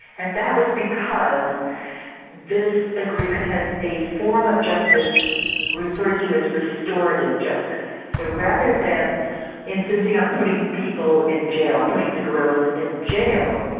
and that was because this agreement has a form of justice referred to as restorative justice. so rather than insisting on putting people in jail, putting the guerrillas in jail,